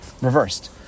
reversed